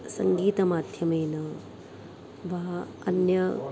सङ्गीतमाध्यमेन वा अन्य